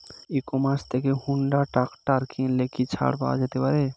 ই commerce থেকে Honda tractor কিনলে কি ছাড় পাওয়া যেতে পারে?